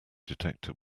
detector